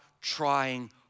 trying